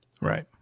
right